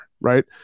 Right